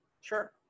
sure